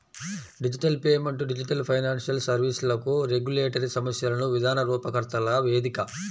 digital payment digital financial సర్వీస్లకు regulatory సమస్యలను విధాన రూపకర్తల వేదిక